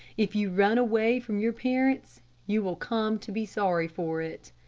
if you run away from your parents you will come to be sorry for it.